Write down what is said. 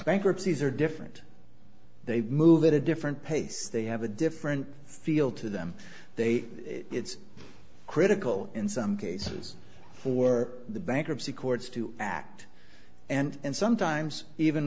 bankruptcies are different they move it a different pace they have a different feel to them they it's critical in some cases for the bankruptcy courts to and sometimes even